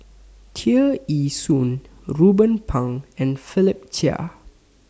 Tear Ee Soon Ruben Pang and Philip Chia